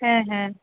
হ্যাঁ হ্যাঁ